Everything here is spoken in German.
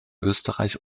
österreich